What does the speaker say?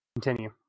continue